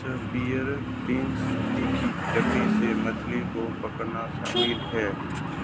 spear fishing तीखी लकड़ी से मछली को पकड़ना शामिल है